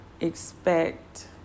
expect